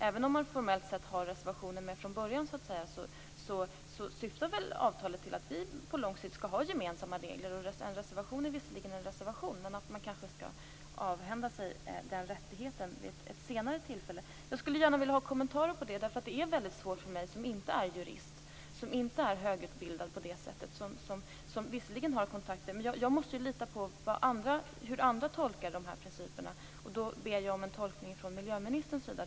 Även om man formellt sett har reservationer med från början, syftar väl avtalet till att det på lång sikt skall bli gemensamma regler. En reservation är visserligen en reservation, men man kanske skall avhända sig den rättigheten till ett senare tillfälle. Jag skulle gärna vilja ha kommentarer till det, därför att detta är väldigt svårt för mig som inte är jurist. Jag har visserligen kontakter. Men jag måste ju lita på andras tolkningar av principerna. Därför ber jag om en tolkning från miljöministerns sida.